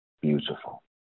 Beautiful